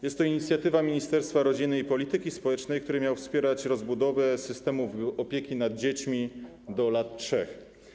Jest to inicjatywa Ministerstwa Rodziny i Polityki Społecznej, która miała wspierać rozbudowę systemów opieki nad dziećmi do lat 3.